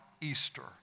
Easter